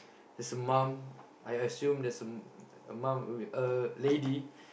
there's a mom I assume there's a a mom a lady